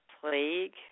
plague